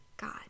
God